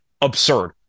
absurd